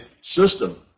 system